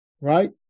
Right